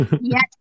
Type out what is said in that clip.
Yes